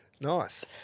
Nice